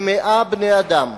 כ-100 בני-אדם,